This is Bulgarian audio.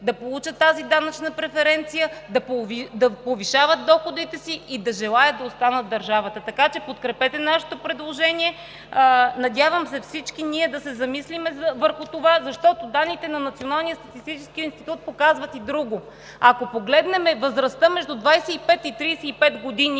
да получат тази данъчна преференция, да повишават доходите си и да желаят да останат в държавата. Така че подкрепете нашето предложение. Надявам се всички ние да се замислим върху това, защото данните на Националния статистически институт показват и друго. Ако погледнем възрастта между 25 и 35 години